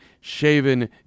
shaven